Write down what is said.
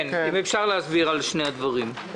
אם אפשר להסביר על שני הדברים.